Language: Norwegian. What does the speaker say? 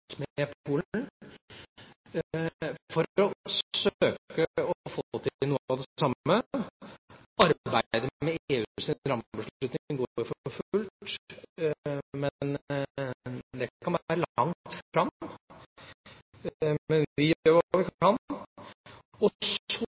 for å søke å få til noe av det samme. Arbeidet med EUs rammebeslutning går for fullt. Det kan være langt fram, men vi gjør